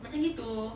macam gitu